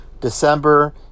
December